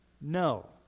no